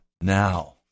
now